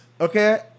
okay